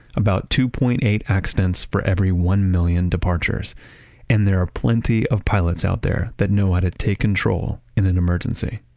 about two point eight accidents for every one million departures and there are plenty of pilots out there that know how to take control in an emergency.